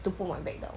to put my bag down